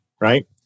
right